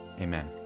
Amen